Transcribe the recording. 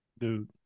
Dude